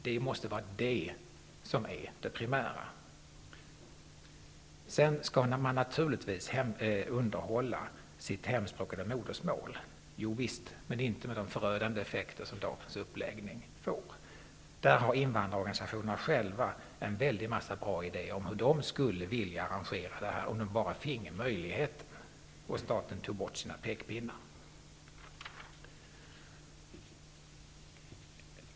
Det måste vara det primära. Sedan skall man naturligtvis underhålla sitt modersmål, men inte så att det får de förödande effekter som dagens uppläggning av undervisningen ger. Där har invandrarorganisationerna själva en mängd bra idéer om hur de skulle kunna arrangera undervisningen, om de bara finge möjligheten och staten tog bort sina pekpinnar.